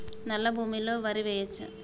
నల్లా భూమి లో వరి వేయచ్చా?